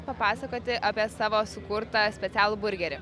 papasakoti apie savo sukurtą specialų burgerį